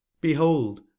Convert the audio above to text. behold